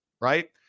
right